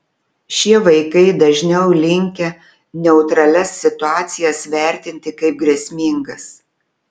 šie vaikai dažniau linkę neutralias situacijas vertinti kaip grėsmingas